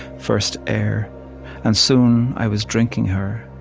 first air and soon i was drinking her,